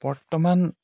বৰ্তমান